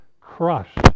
crushed